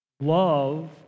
love